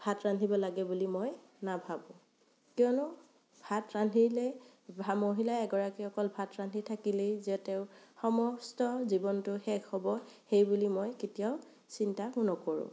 ভাত ৰান্ধিব লাগে বুলি মই নাভাবোঁ কিয়নো ভাত ৰান্ধিলে মহিলা এগৰাকী অকল ভাত ৰান্ধি থাকিলেই যে তেওঁৰ সমস্ত জীৱনটো শেষ হ'ব সেই বুলি মই কেতিয়াও চিন্তা নকৰোঁ